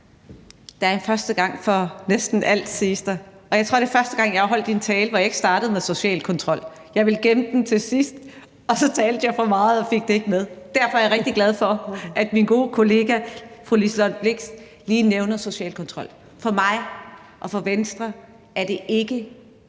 Der er en første gang for næsten alt, siges der, og jeg tror, det er første gang, jeg har holdt en tale, hvor jeg ikke startede med social kontrol. Jeg ville gemme det til sidst, og så talte jeg for meget og fik det ikke med. Derfor er jeg rigtig glad for, at min gode kollega fru Liselott Blixt lige nævner social kontrol. For mig og for Venstre er det ikke